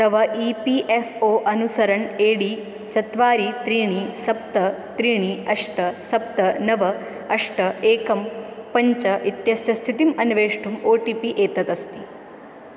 तव E P F O अनुसरणं A D चत्वारि त्रीणि सप्त त्रीणि अष्ट सप्त नव अष्ट एकं पञ्च इत्यस्य स्थितिम् अन्वेष्टुम् ओ टि पि एतदस्ति